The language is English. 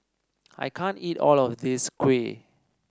I can't eat all of this kuih